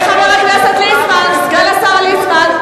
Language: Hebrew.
סגן השר ליצמן,